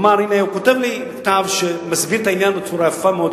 הוא כותב לי מכתב שמסביר את העניין בצורה יפה מאוד,